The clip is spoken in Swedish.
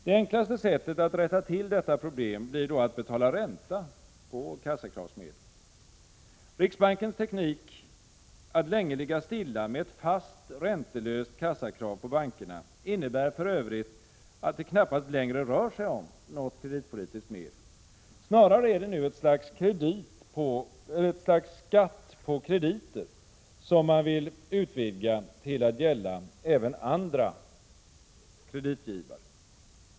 Det enklaste sättet att rätta till detta problem blir då att betala ränta på kassakravsmedlen. Riksbankens teknik att länge ligga stilla med ett Prot. 1986/87:132 fast räntelöst kassakrav på bankerna innebär för övrigt att det knappast längre rör sig om ett kreditpolitiskt medel. Snarare är det nu ett slags skatt på krediter, som man vill utvidga till att gälla även andra kreditgivare.